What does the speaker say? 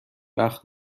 وقت